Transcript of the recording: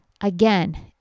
Again